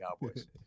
Cowboys